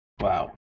Wow